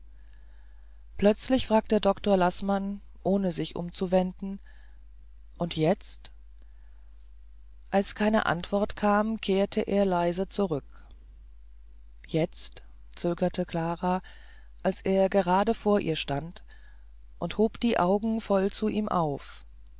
plötzlich fragte doktor laßmann ohne sich umzuwenden und jetzt als keine antwort kam kehrte er leise zurück jetzt zögerte klara als er gerade vor ihr stand und hob die augen voll zu ihm auf